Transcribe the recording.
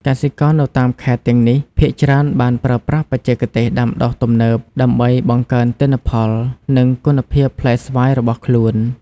កសិករនៅតាមខេត្តទាំងនេះភាគច្រើនបានប្រើប្រាស់បច្ចេកទេសដាំដុះទំនើប ដើម្បីបង្កើនទិន្នផល និងគុណភាពផ្លែស្វាយរបស់ខ្លួន។